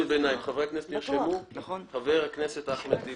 חבר הכנסת אחמד טיבי, בבקשה.